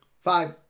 five